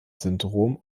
syndrom